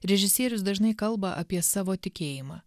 režisierius dažnai kalba apie savo tikėjimą